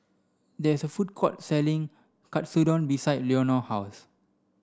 there is a food court selling Katsudon behind Leonor house